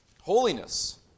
holiness